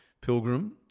pilgrim